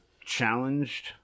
challenged